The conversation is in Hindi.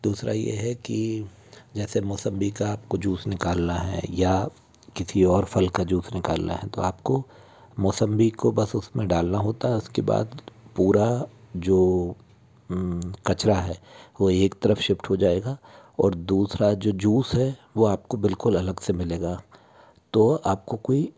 दूसरा ये है कि जैसे मौसम्बी का आपको जूस निकालना है या किसी और फल का जूस निकालना है तो आपको मौसम्बी को बस उसमें डालना होता है उसके बाद पूरा जो कचरा है वो एक तरफ शिफ्ट हो जाएगा और दूसरा जो जूस है वह आपको बिल्कुल अलग से मिलेगा तो आपको कोई